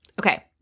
Okay